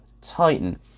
Titan